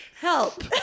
Help